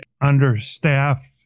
understaffed